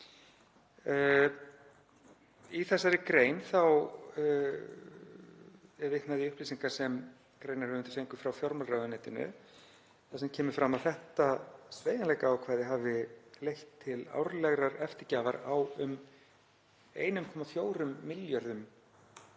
Í þessari grein er vitnað í upplýsingar sem greinarhöfundar fengu frá fjármálaráðuneytinu þar sem kemur fram að þetta sveigjanleikaákvæði hafi leitt til árlegrar eftirgjafar á um 1,4 milljörðum